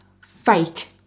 fake